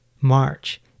March